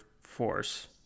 force